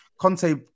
Conte